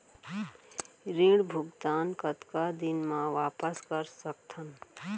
ऋण भुगतान कतका दिन म वापस कर सकथन?